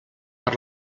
per